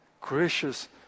gracious